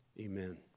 Amen